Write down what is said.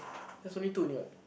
that's only two only what